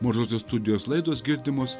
mažosios studijos laidos girdimos